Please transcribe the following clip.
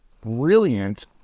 brilliant